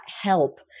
help